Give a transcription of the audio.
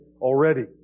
already